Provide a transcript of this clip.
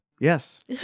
Yes